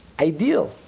Ideal